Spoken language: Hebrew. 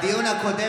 בדיון הקודם,